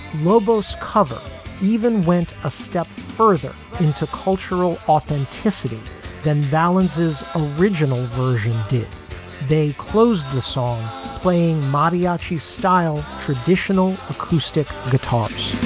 lobo's cover even went a step further into cultural authenticity then is original version. did they close the song playing mariachi style traditional acoustic guitars?